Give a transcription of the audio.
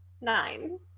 nine